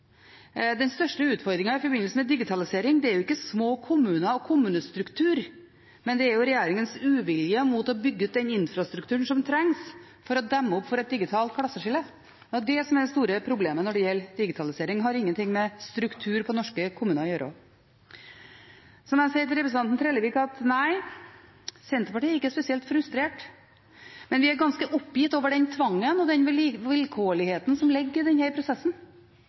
Den største utfordringen i forbindelse med digitalisering er jo ikke små kommuner og kommunestruktur, men det er regjeringens uvilje mot å bygge ut den infrastrukturen som trengs for å demme opp for et digitalt klasseskille. Det er det som er det store problemet når det gjelder digitalisering. Det har ingenting med struktur på norske kommuner å gjøre. Så må jeg si til representanten Trellevik at nei, Senterpartiet er ikke spesielt frustrert, men vi er ganske oppgitt over den tvangen og den vilkårligheten som ligger i denne prosessen.